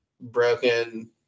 broken